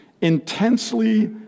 Intensely